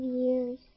years